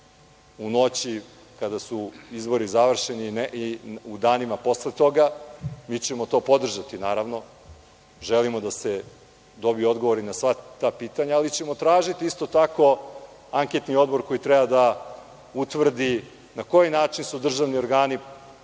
u noći kada su izbori završeni i u danima posle toga, mi ćemo to podržati, naravno, želimo da se dobiju odgovori na sva ta pitanja, ali ćemo tražiti isto tako anketni odbor koji treba da utvrdi na koji način su državni organi